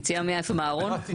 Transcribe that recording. יציאה מאיפה, מהארון?